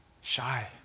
shy